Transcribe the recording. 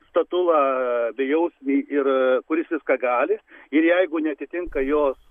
statulą bejausmį ir kuris viską gali ir jeigu neatitinka jos